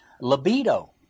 Libido